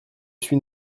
suis